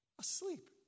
Asleep